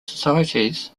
societies